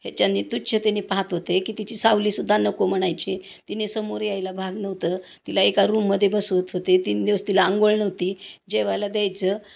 ह्याच्याने तुच्छतेने पाहात होते की तिची सावलीसुद्धा नको म्हणायचे तिने समोर यायला भाग नव्हतं तिला एका रूममध्ये बसवत होते तीन दिवस तिला आंघोळ नव्हती जेवायला द्यायचं